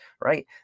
right